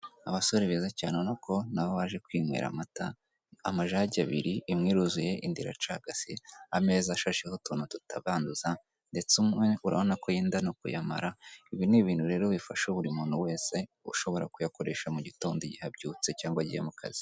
Abasore beza cyane ubona ko na bo baje kwinywera amata, amajage abiri, imwe iruzuye, indi iracagase, ameza ashasheho utuntu tutabanduza ndetse umwe urabona ko yenda no kuyamara, ibi ni ibintu rero bifasha buri muntu wese ushobora kuyakoresha mu gitondo igihe abyutse cyangwa agiye mu kazi.